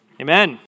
Amen